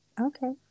Okay